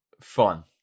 fun